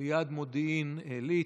ליד מודיעין עילית.